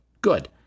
Good